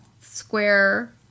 square